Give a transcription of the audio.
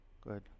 good